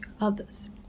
others